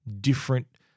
different